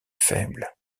faibles